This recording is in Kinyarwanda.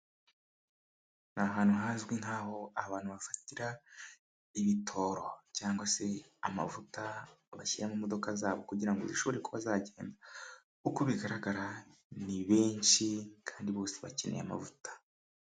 Ni ahantu hazwi nk'aho abantu bafatira ibitoro, cyangwa se amavuta bashyira mu modoka zabo, kugira ngo zishobore kuba zagenda, uko bigaragara ni benshi, kandi bose bakeneye amavuta.